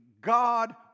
God